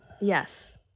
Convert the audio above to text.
Yes